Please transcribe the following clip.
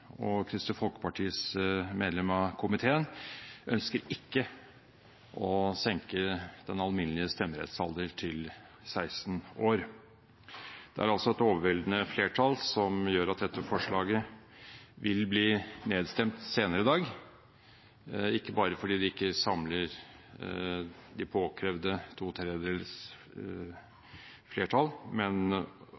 og Kristelig Folkepartis medlem av komiteen, ikke ønsker å senke den alminnelige stemmerettsalder til 16 år. Det er altså et overveldende flertall som gjør at dette forslaget vil bli nedstemt senere i dag, ikke bare fordi det ikke samler det påkrevde